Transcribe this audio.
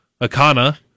Akana